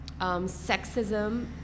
sexism